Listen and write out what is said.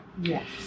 Yes